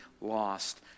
lost